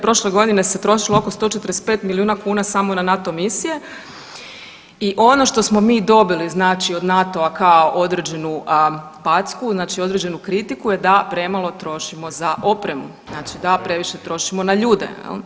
Prošle godine se trošilo oko 145 milijuna kuna samo na NATO misije i ono što smo mi dobili od NATO-a kao određenu packu, znači određenu kritiku da premalo trošimo za opremu, znači da previše trošimo na ljude.